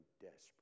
desperate